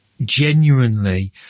genuinely